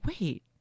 wait